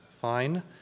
fine